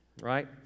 right